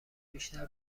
بیشتر